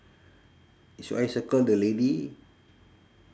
should I circle the lady